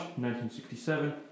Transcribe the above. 1967